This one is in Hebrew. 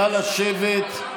נא לשבת.